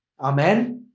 Amen